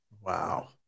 Wow